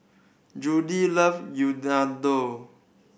Judy love